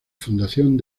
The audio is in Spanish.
fundación